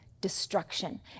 destruction